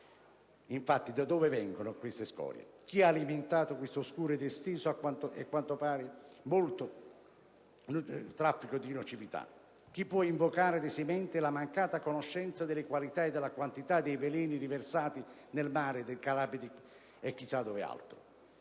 Infatti, da dove vengono queste scorie? Chi ha alimentato questo oscuro e - a quanto pare - molto esteso traffico di nocività? Chi può invocare ad esimente la mancata conoscenza delle qualità e della quantità dei veleni riversati nel mare di Calabria e chissà dove altro?